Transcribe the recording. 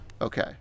Okay